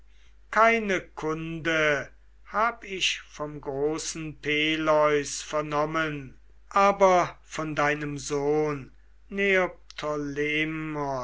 keine kunde hab ich vom großen peleus vernommen aber von deinem sohn